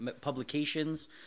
publications